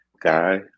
guy